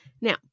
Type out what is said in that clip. Now